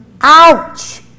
Ouch